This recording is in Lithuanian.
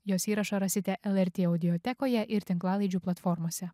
jos įrašą rasite lrt audiotekoje ir tinklalaidžių platformose